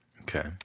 Okay